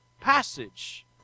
passage